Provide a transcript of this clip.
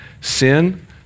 Sin